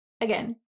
again